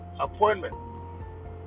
appointment